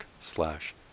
slash